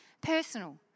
personal